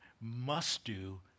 must-do